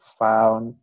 found